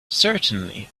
certainly